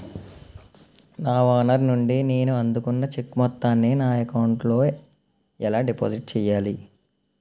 నా ఓనర్ నుండి నేను అందుకున్న చెక్కు మొత్తాన్ని నా అకౌంట్ లోఎలా డిపాజిట్ చేయాలి?